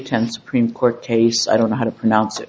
ten supreme court case i don't know how to pronounce it